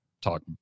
talk